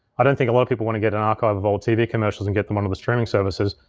i don't think a lot of people want to get an archive of old tv commercials and get them onto the streaming services.